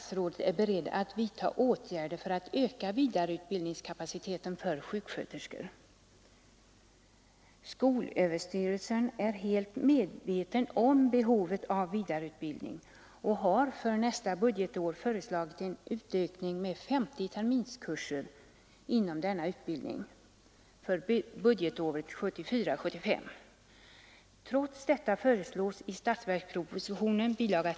Skolöverstyrelsen är helt medveten om behovet av vidareutbildning och har för nästa budgetår föreslagit en utökning med 50 terminskurser inom denna utbildning. Trots detta föreslås i statsverkspropositionen bil.